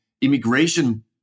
immigration